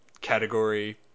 category